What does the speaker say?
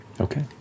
Okay